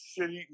shitty